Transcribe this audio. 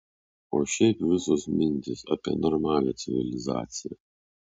o šiaip visos mintys apie normalią civilizaciją